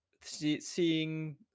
seeing